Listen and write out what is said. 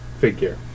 figure